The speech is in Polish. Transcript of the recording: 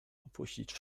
opuścić